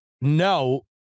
no